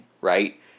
right